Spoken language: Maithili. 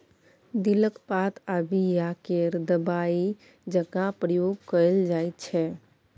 दिलक पात आ बीया केँ दबाइ जकाँ प्रयोग कएल जाइत छै